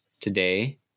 today